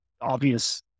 obvious